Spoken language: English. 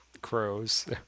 Crows